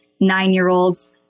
nine-year-olds